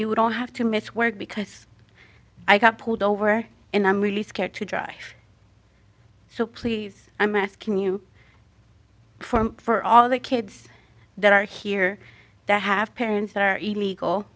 you don't have to miss work because i got pulled over and i'm really scared to drive so please i'm asking you for all the kids that are here that have parents that are illegal